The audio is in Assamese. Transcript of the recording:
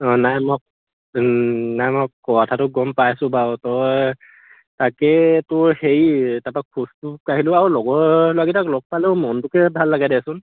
অঁ নাই মই নাই মই কোৱা কথাটো গম পাইছোঁ বাৰু তই তাকেই তোৰ হেৰি তাৰপা খোজকঢ়াটো কঢ়িলোঁ আৰু লগৰ ল'ৰাকেইটাক লগ পালেও মনটোকে ভাল লাগে দেচোন